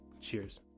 Cheers